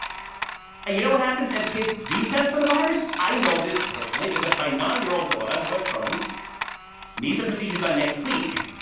and you know what happens if kids do test for the virus? i know this personally because my nine-year-old daughter was crohn's needs the procedure done next week,